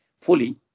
fully